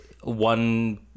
One